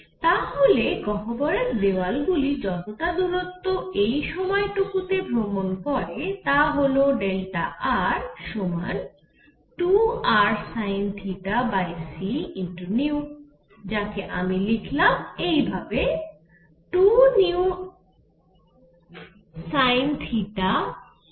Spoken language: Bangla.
তাহলে গহ্বরের দেওয়ালগুলি যতটা দূরত্ব এই সময় টুকু তে ভ্রমণ করে তা হল Δr সমান 2rsinθcv যাকে আমি লিখলাম এই ভাবে 2vsinθcr